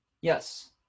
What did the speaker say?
Yes